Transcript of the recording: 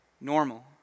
normal